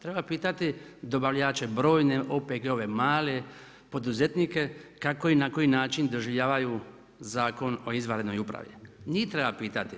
Treba pitati dobavljače, brojne OPG-ove, male poduzetnike kako i na koji način doživljavaju Zakon o izvanrednoj upravi, njih treba pitati.